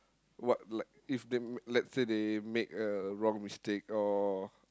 what like if they let's say they make a wrong mistake or